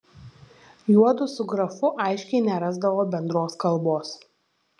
juodu su grafu aiškiai nerasdavo bendros kalbos